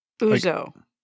uzo